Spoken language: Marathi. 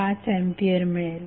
5 A मिळेल